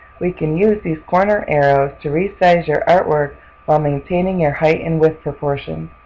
we can use these corner arrows to resize your artwork while maintaining your height and width proportions.